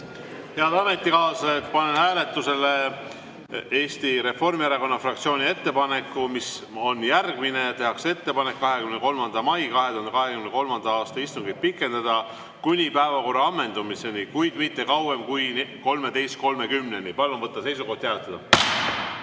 Head ametikaaslased! Panen hääletusele Eesti Reformierakonna fraktsiooni ettepaneku, mis on järgmine: ettepanek 23. mai 2023. aasta istungit pikendada kuni päevakorra ammendumiseni, kuid mitte kauem kui 13.30-ni. Palun võtta seisukoht ja hääletada!